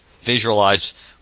visualize